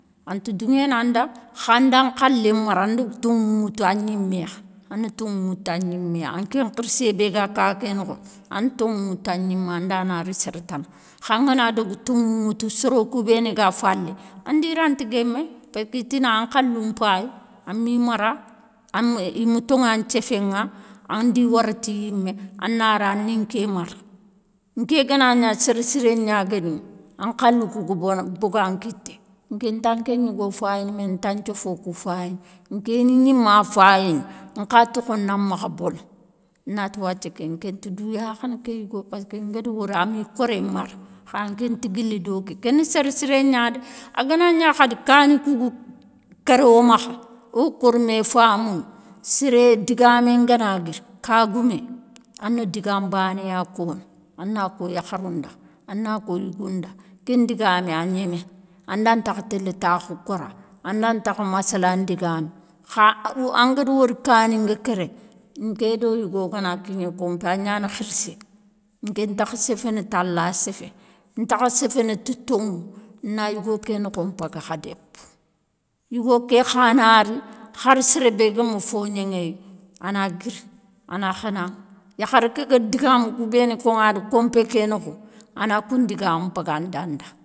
Anta douŋénanda khanda nkhalé mara anda toŋou ŋoutou a gniméya ana toŋou ŋoutou a gniméya, a na toŋou ŋoutou a gniméya. An ké khirsé bé ga kaké nokho a na toŋou ŋoutou a gnima anda na ri séré tana, kha angana daga toŋou ŋoutou soro kou béni ga falé andi ranta guémé, péskitina an khalou npayi, ami mara, ami, ima toŋa nthiéféŋa, andi wara ti yimé ana ri ani nké mara, nké ganagna séré siré gna guéniŋa, an khalou kou ga bona bogan kitté, nkenta nké gnougo fayini méné nta thiofo kou fayini, nké ni gnima fayini, nkha tokho namakha bono, nati wathia ké nké ti dou yakhana ké yougo, paski ngada wori ami koré mara, kha nké nta guili do ké ké ni séré siré gna dé a gana gna khadi kani kou ga kéré wo makha wo ga kori mé famounou, séré digamé ngana guiri kagoumé, a na diga nbané ya kono, a na ko yakharounda a na ko yougou nda ken digamé, a gnémé, anda ntakha télé takhou kora. Anda ntakha massalan digamé, kha angada wori kani nga kéré, nké do yougo gana kigné konpé agnani khirssé, nké ntakha séféné tala séfé ntakha séféné ti toŋou, na yougo ké nokho npaga kha dépou. Yougo ké khana ri hara séré bé gama fo gnéŋéyi a na guiri a na kheunaŋa, yakharé ké gada digamou kou béni koŋada konpé ké nokho, a na koun digamou bagandanda.